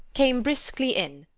came briskly in,